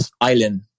island